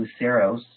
Luceros